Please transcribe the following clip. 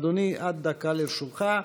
אדוני, עד דקה לרשותך.